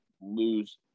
lose